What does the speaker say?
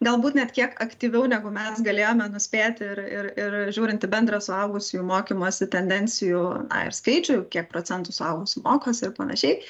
galbūt net kiek aktyviau negu mes galėjome nuspėti ir ir ir žiūrint į bendrą suaugusiųjų mokymosi tendencijų na ir skaičių ir kiek procentų suaugusių mokosi ir panašiai